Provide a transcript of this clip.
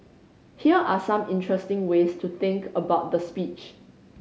here are some interesting ways to think about the speech